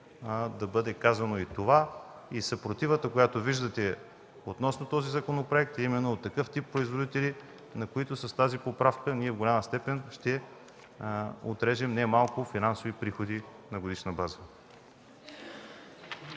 да бъде казано и това. Съпротивата, която виждате относно този законопроект, е именно от такъв тип производители, на които с тази поправка ние в голяма степен ще отрежем немалко финансови приходи на годишна база.